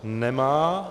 Nemá.